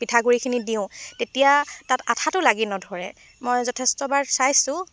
পিঠাগুড়িখিনি দিওঁ তেতিয়া তাত আঠাটো লাগি নধৰে মই যথেষ্টবাৰ চাইছোঁ